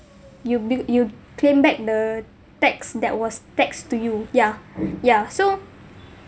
you build you claim back the tax that was taxed to you yeah yeah so